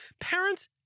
Parents